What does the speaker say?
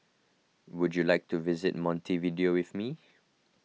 would you like to visit Montevideo with me